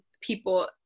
people